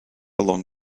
along